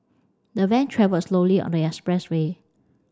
the van travelled slowly on the expressway